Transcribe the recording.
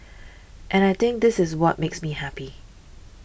and I think this is what makes me happy